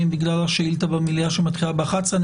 בגלל השאילתה במליאה שמתחילה ב-11:00.